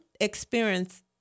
experience